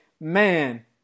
man